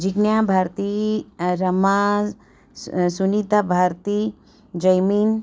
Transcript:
Jigna Bharati Rama Sunita Bharati Jaimin